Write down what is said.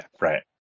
Right